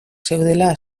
zeudela